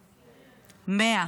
100,